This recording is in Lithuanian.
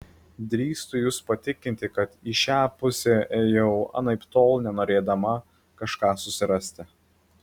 drįstu jus patikinti kad į šią pusę ėjau anaiptol ne norėdama kažką susirasti